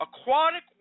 Aquatic